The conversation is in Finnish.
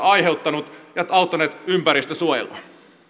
aiheuttanut ja auttaneet ympäristönsuojelua